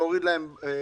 להוריד להם מהמס.